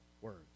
words